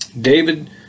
David